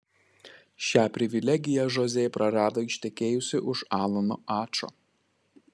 šią privilegiją žozė prarado ištekėjusi už alano ačo